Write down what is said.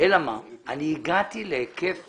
אלא אני הגעתי להיקף